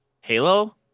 Halo